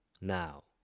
now